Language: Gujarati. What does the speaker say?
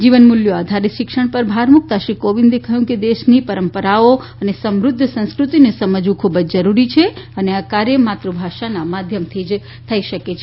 જીવન મુલ્યો આધારીત શિક્ષણ પર ભાર મુકતા શ્રી કોવિંદે કહ્યું કે દેશની પરંપરાઓ અને સમૃધ્ધ સંસ્કૃતિને સમજવુ ખુબ જ જરૂરી છે અને આ કાર્ય માતુભાષાના માધ્યમથી જ થઇ શકે છે